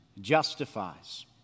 justifies